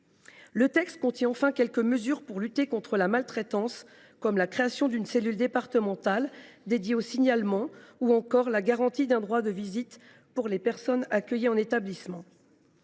Le texte contient enfin quelques mesures pour lutter contre la maltraitance, comme la création d’une cellule départementale dédiée aux signalements ou encore la garantie d’un droit de visite pour les personnes accueillies en établissement.